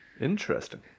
Interesting